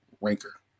ranker